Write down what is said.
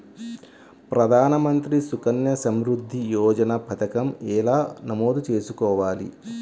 ప్రధాన మంత్రి సుకన్య సంవృద్ధి యోజన పథకం ఎలా నమోదు చేసుకోవాలీ?